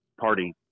party